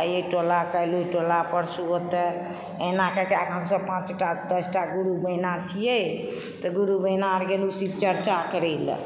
आइ एहिटोला कालि ओहिटोला परसू ओतए अहिना कएक कएक हमसभ पाँचटा दसटा गुरु बहिना छियै तऽ गुरु बहिनाअर गेलु शिवचर्चा करैलऽ